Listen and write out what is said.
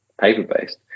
paper-based